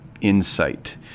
insight